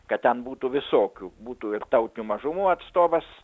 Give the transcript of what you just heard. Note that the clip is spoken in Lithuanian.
kad ten būtų visokių būtų ir tautinių mažumų atstovas